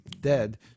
dead